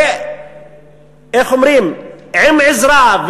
שעם עזרה,